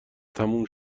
تموم